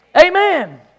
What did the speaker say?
amen